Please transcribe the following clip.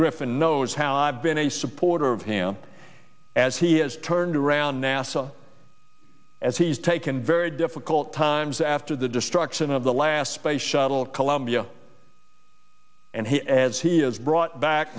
griffin knows how i've been a supporter of him as he has turned around nasa as he's taken very difficult times after the destruction of the last space shuttle columbia and he as he is brought back